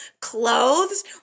clothes